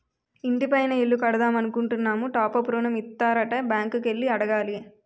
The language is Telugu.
ఇంటి పైన ఇల్లు కడదామనుకుంటున్నాము టాప్ అప్ ఋణం ఇత్తారట బ్యాంకు కి ఎల్లి అడగాల